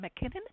McKinnon